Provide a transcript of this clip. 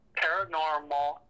paranormal